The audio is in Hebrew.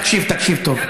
תקשיב, תקשיב טוב.